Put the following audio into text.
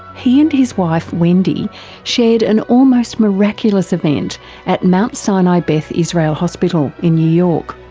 he and his wife wendy shared an almost miraculous event at mount sinai beth israel hospital in new york.